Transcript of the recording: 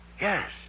Yes